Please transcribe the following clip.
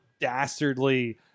dastardly